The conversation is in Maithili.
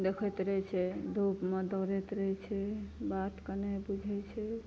देखैत रहै छै धूपमे दौड़ैत रहैत छै बात कऽ नहि बुझैत छै